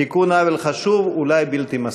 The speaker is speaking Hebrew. תיקון עוול חשוב, אולי בלתי מספיק.